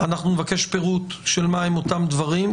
אנחנו נבקש פירוט של מה הם אותם דברים,